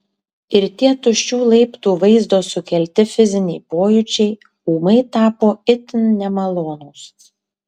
ir tie tuščių laiptų vaizdo sukelti fiziniai pojūčiai ūmai tapo itin nemalonūs